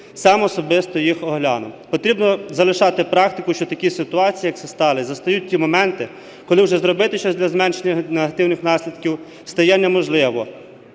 сам особисто їх огляну. Потрібно залишати практику, що в такій ситуації, як це сталося, застають ті моменти, коли вже зробити щось для зменшення негативних наслідків стає неможливо.